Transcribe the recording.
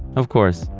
of course,